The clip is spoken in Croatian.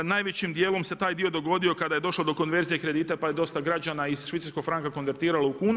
Najvećim dijelom se taj dio dogodio kada je došlo do konverzije kredita, pa je dosta građana iz švicarskog franka konvertiralo u kunu.